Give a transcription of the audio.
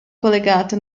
collegate